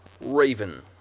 Raven